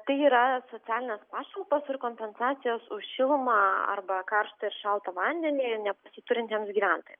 tai yra socialinės pašalpos ir kompensacijos už šilumą arba karštą šaltą vandenį nepasiturintiems gyventojams